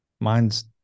mine's